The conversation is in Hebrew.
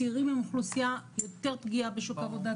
צעירים הם אוכלוסייה יותר פגיעה בשוק העבודה,